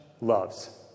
loves